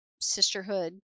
sisterhood